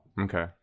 Okay